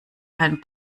kein